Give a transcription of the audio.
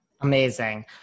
Amazing